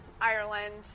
ireland